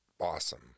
awesome